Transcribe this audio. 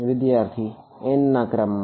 વિદ્યાર્થી n ના ક્રમ માં